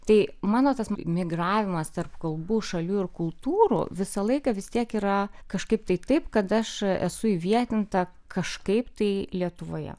tai mano tas migravimas tarp kalbų šalių ir kultūrų visą laiką vis tiek yra kažkaip tai taip kad aš esu įvietinta kažkaip tai lietuvoje